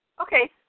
Okay